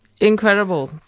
incredible